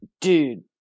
dude